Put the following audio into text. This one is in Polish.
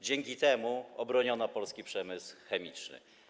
Dzięki temu obroniono polski przemysł chemiczny.